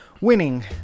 winning